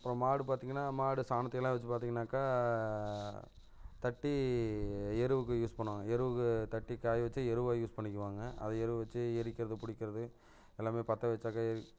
அப்புறம் மாடு பார்த்திங்கனா மாடு சாணத்தை எல்லாம் வச்சு பார்த்திங்கனாக்கா தட்டி எருவுக்கு யூஸ் பண்ணுவாங்க எருவுக்கு தட்டி காய வச்சு எருவாக யூஸ் பண்ணிக்குவாங்க அதை எருவை வச்சி எரிக்கிறது பிடிக்குறது எல்லாமே பற்ற வச்சாக்கா எரி